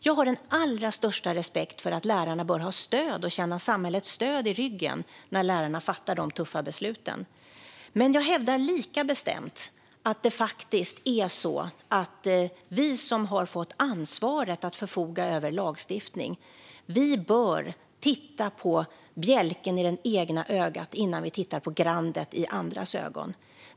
Jag har den allra största respekt för att lärarna bör ha stöd och känna samhällets stöd i ryggen när lärarna fattar de tuffa besluten. Men jag hävdar lika bestämt att vi som har fått ansvaret att förfoga över lagstiftning bör titta på bjälken i det egna ögat innan vi tittar på grandet i andras ögon.